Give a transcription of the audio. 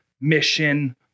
mission